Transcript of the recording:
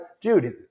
dude